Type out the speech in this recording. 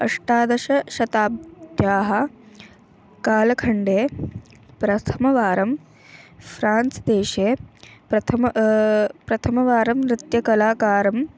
अष्टादश शताब्द्याः कालखण्डे प्रथमवारं फ़्रान्स् देशे प्रथमं प्रथमवारं नृत्यकलाकारः